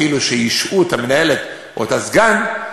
כאילו השעו את המנהלת ואת הסגן,